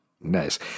Nice